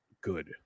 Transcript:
good